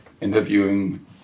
interviewing